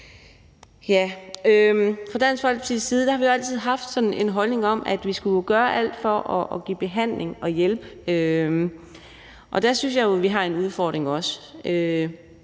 Fra Dansk Folkepartis side har vi altid haft sådan en holdning om, at vi skulle gøre alt for at give behandling og hjælpe. Der synes jeg jo, at vi også har en udfordring.